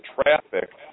traffic